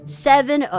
seven